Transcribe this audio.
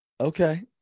Okay